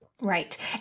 Right